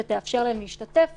שתאפשר להם להשתתף